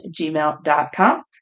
gmail.com